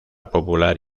popular